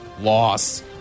Loss